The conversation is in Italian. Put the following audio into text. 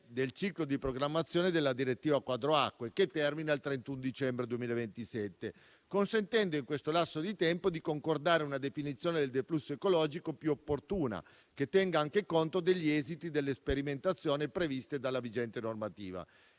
del ciclo di programmazione della direttiva quadro sulle acque, che termina il 31 dicembre 2027, consentendo, in questo lasso di tempo, di concordare una definizione del deflusso ecologico più opportuna, che tenga anche conto degli esiti delle sperimentazioni previste dalla vigente normativa.